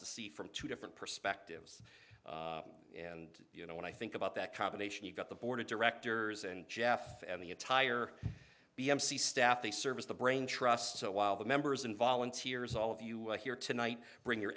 to see from two different perspectives and you know when i think about that combination you've got the board of directors and geoff and the entire b m c staff they serve as the brain trust so while the members and volunteers all of you are here tonight bring your